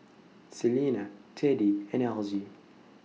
Selena Teddie and Algie